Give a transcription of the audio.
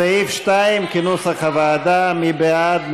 סעיף 2 כנוסח הוועדה, מי בעד?